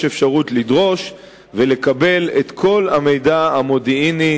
יש אפשרות לדרוש ולקבל את כל המידע המודיעיני